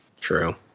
True